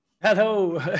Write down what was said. Hello